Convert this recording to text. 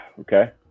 okay